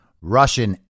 Russian